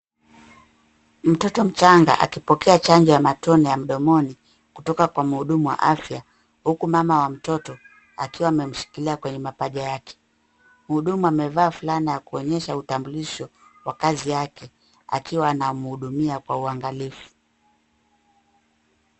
Mtoto mchanga akipokea chanjo ya matone ya mdomoni kutoka kwa muhudumu wa afya, huku mama wa mtoto akiwa amemshikilia kwenye mapaja yake. Muhudumu amevaa fulana ya kuonyesha utambulisho wa kazi yake akiwa anamuhudumia kwa uangalifu.